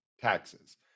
taxes